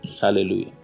Hallelujah